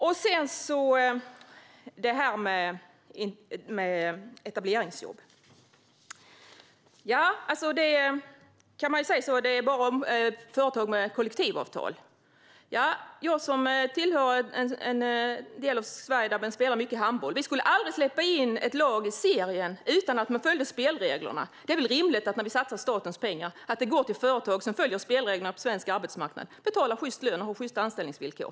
När det gäller etableringsjobb och att det bara ska gälla företag med kollektivavtal kan jag göra en jämförelse med handbollen; jag kommer ju från en del av Sverige där det spelas mycket handboll. Vi skulle aldrig släppa in ett lag i serien som inte följde spelreglerna. När vi satsar statens pengar är det väl rimligt att de går till företag som följer spelreglerna på svensk arbetsmarknad, som betalar sjyst lön och som har sjysta anställningsvillkor?